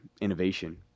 innovation